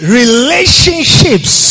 relationships